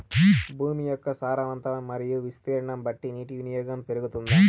భూమి యొక్క సారవంతం మరియు విస్తీర్ణం బట్టి నీటి వినియోగం పెరుగుతుందా?